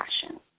passion